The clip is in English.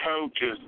coaches